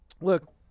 Look